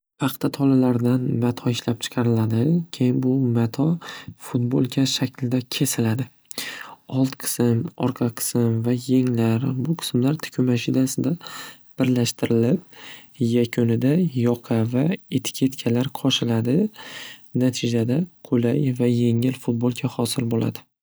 Paxta tolalaridan mato ishlab chiqariladi. Keyin bu mato fudbolka shaklida kesiladi. Old qism, orqa qism va yenglar bu qismlar tikuv mashinasida birlashtirilib, yakunida yoqa va etiketkalar qo'shiladi. Natijada qulay va yengil fudbolka hosil bo'ladi.